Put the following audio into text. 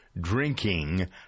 drinking